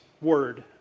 word